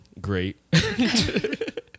great